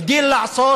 הגדיל לעשות